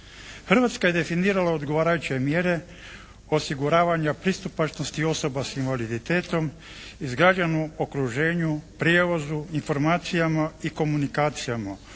Hrvatska je definirala odgovarajuće mjere osiguravanja pristupačnosti osoba s invaliditetom …/Govornik se ne razumije./… okruženju, prijevozu, informacijama i komunikacijama